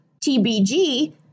TBG